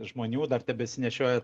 žmonių dar tebesinešioja